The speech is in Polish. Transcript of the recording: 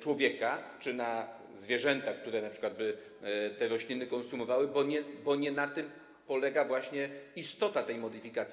człowieka czy na zwierzęta, które na przykład te rośliny konsumowałyby, bo nie na tym polega właśnie istota tej modyfikacji.